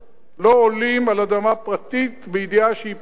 לא עולים על אדמה פרטית בידיעה שהיא פרטית.